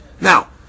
Now